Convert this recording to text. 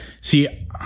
See